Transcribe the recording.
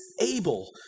able